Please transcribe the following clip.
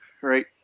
Right